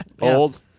Old